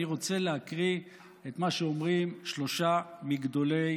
אני רוצה להקריא את מה שאומרים שלושה מגדולי